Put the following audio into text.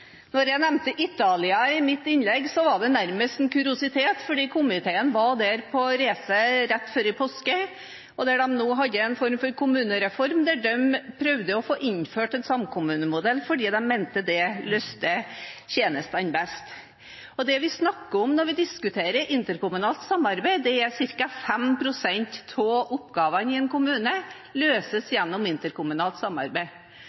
Når jeg nevnte Italia i mitt innlegg, så var det nærmest en kuriositet fordi komiteen var der på reise rett før påske. Der hadde de nå en form for kommunereform der de prøvde å få innført en samkommunemodell, fordi de mente det løste tjenestene best. Det vi snakker om, når vi diskuterer interkommunalt samarbeid, er at ca. 5 pst. av oppgavene i en kommune løses gjennom interkommunalt samarbeid,